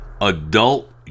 adult